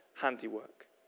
handiwork